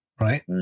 right